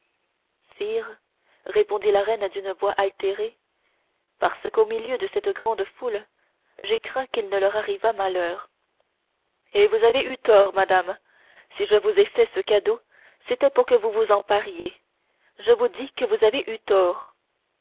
sire répondit la reine d'une voix altérée parce qu'au milieu de cette grande foule j'ai craint qu'il ne leur arrivât malheur et vous avez eu tort madame si je vous ai fait ce cadeau c'était pour que vous vous en pariez je vous dis que vous avez eu tort